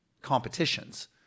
competitions